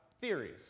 theories